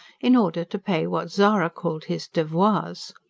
in order to pay what zara called his devoirs.